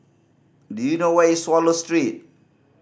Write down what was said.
do you know where is Swallow Street